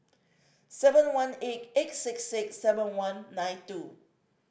seven one eight eight six six seven one nine two